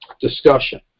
discussion